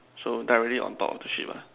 so directly on top of the ship ah